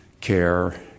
care